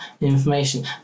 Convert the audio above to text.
information